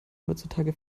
heutzutage